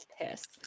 piss